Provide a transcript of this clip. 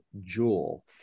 jewel